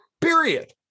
period